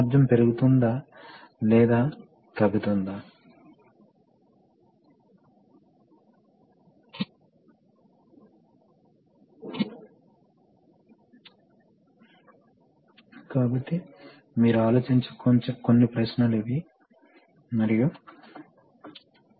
తరువాత మూడు వేర్వేరు రకాల డైరెక్షనల్ వాల్వ్స్ కావచ్చు కాబట్టి మేము వీటిని చూశాము మరియు వాటి చిహ్నాలను గీయండి కాబట్టి ఇది హైడ్రాలిక్స్ ని చాలా పోలి ఉంటుంది